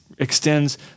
extends